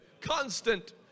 constant